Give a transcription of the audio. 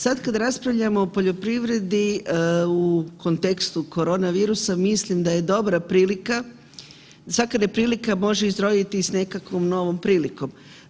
Sad kad raspravljamo o poljoprivredi u kontekstu koronavirusa mislim da je dobra prilika, svaka neprilika može izroditi s nekakvom novom prilikom.